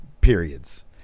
periods